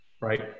right